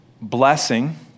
Blessing